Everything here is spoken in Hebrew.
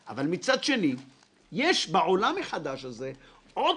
התכלית של הסעיף הזה היא ההכרה בחשיבות